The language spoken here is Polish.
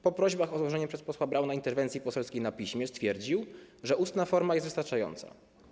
Po prośbach o złożenie przez posła Brauna interwencji poselskiej na piśmie stwierdził, że ustna forma jest wystarczająca.